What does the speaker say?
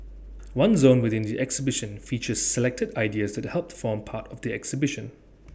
one zone within the exhibition features selected ideas that helped form part of the exhibition